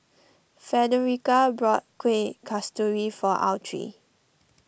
Fredericka bought Kuih Kasturi for Autry